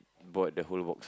bought the whole box